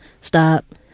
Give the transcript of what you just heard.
stop –